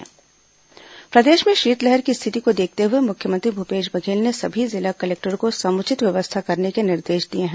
मुख्यमंत्री शीतलहर प्रदेश में शीतलहर की स्थिति को देखते हुए मुख्यमंत्री भूपेश बघेल ने सभी जिला कलेक्टरों को समुचित व्यवस्था करने के निर्देश दिए हैं